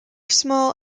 small